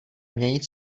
měnit